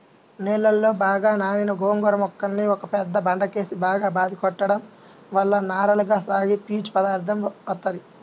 నీళ్ళలో బాగా నానిన గోంగూర మొక్కల్ని ఒక పెద్ద బండకేసి బాగా బాది కొట్టడం వల్ల నారలగా సాగి పీచు పదార్దం వత్తది